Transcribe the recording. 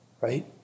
right